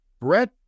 Brett